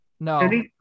No